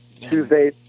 Tuesday